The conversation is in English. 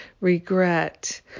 regret